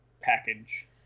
package